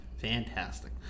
fantastic